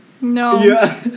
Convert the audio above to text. No